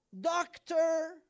doctor